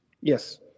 Yes